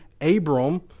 Abram